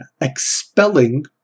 expelling